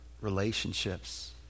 relationships